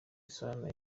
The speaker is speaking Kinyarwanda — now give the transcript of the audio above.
sana